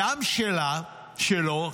הדם שלו,